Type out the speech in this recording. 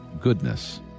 goodness